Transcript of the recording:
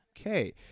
Okay